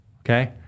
Okay